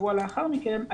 שבוע לאחר מכן,